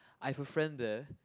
I have a friend there